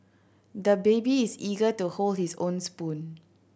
the baby is eager to hold his own spoon